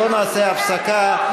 אנחנו לא נעשה הפסקה בגלל,